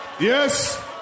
Yes